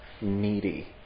needy